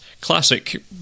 classic